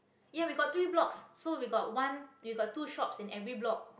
ya we got three blocks so we got one we got two shops in every block